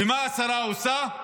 ומה השרה עושה?